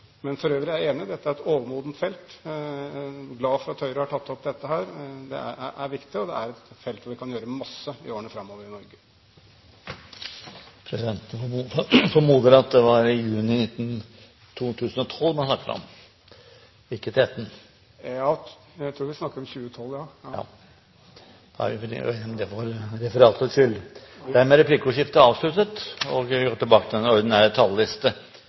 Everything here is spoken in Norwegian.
For øvrig er jeg enig i at dette er et overmodent felt. Jeg er glad for at Høyre har tatt opp dette. Det er viktig, og det er et felt der vi i Norge kan gjøre masse i årene framover. Presidenten formoder at det var juni 2012 man snakket om – ikke 2013. Jeg tror vi snakker om 2012, ja. Vi tar det med for referatets skyld. Dermed er replikkordskiftet avsluttet.